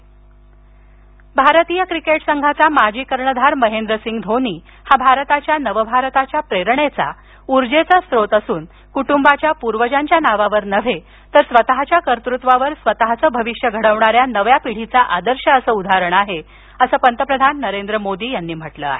महेंद्रसिंग धोनी पंतप्रधान भारतीय क्रिकेट संघाचा माजी कर्णधार महेंद्रसिंग धोनी हा भारताच्या नवभारताच्या प्रेरणेचा उर्जेचा स्रोत असून कुटुंबाच्या पूर्वजांच्या नावावर नव्हे तर स्वतःच्या कर्तृत्वावर स्वतःचं भविष्य घडविणाऱ्या नव्या पिढीचं आदर्श असं उदाहरण आहे असं पंतप्रधान नरेंद्र मोदी यांनी म्हटलं आहे